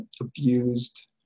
abused